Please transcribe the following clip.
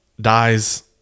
dies